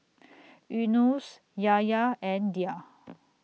Yunos Yahya and Dhia